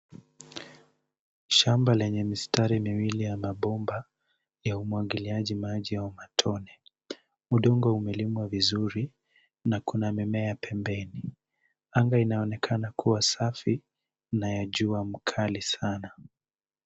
Shamba lenye mistari miwili ya mabomba ya umwagiliaji maji au matone . Udongo umelimwa vizuri na kuna mimea ya pembeni. Anga inaonekana kuwa safi na ya jua mkali sana.